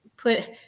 put